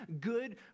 good